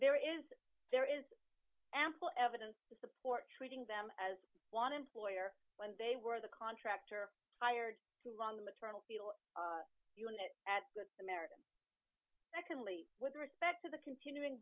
there is there is ample evidence to support treating them as one and lawyer when they were the contractor hired too long the maternal fetal unit at good samaritan secondly with respect to the continuing